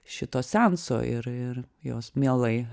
šito seanso ir ir jos mielai